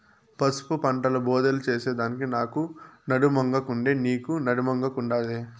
పసుపు పంటల బోదెలు చేసెదానికి నాకు నడుమొంగకుండే, నీకూ నడుమొంగకుండాదే